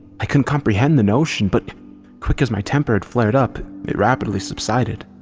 i couldn't comprehend the notion, but quick as my temper had flared up, it rapidly subsided.